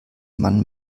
man